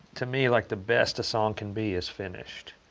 to me, like the best a song can be is finished,